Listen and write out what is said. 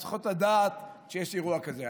הן שצריכות לדעת שיש אירוע כזה.